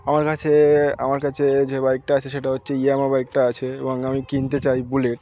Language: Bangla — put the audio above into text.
আমার কাছে আমার কাছে যে বাইকটা আছে সেটা হচ্ছে ইয়ামাহা বাইকটা আছে এবং আমি কিনতে চাই বুলেট